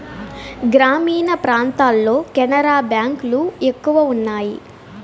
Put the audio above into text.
గ్రామీణ ప్రాంతాల్లో కెనరా బ్యాంక్ లు ఎక్కువ ఉన్నాయి